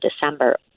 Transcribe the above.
December